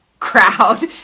crowd